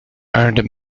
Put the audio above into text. earned